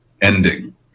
ending